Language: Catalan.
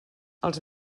els